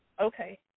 Okay